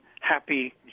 happy